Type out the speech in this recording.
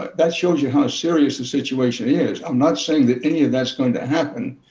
that shows you how serious the situation is. i'm not saying that any of that's going to happen.